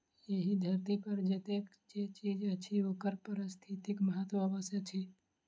एहि धरती पर जतेक जे चीज अछि ओकर पारिस्थितिक महत्व अवश्य अछि